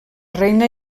reina